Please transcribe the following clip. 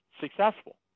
successful